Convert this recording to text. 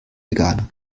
veganer